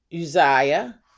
Uzziah